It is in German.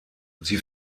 sie